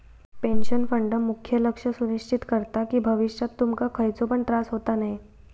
pension fund मुख्य लक्ष सुनिश्चित करता कि भविष्यात तुमका खयचो पण त्रास होता नये